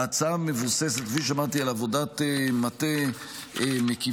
ההצעה מבוססת, כפי שאמרתי, על עבודת מטה מקיפה